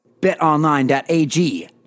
BetOnline.ag